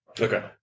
Okay